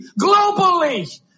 globally